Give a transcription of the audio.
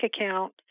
account